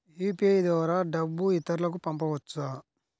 UPI ద్వారా డబ్బు ఇతరులకు పంపవచ్చ?